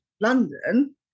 London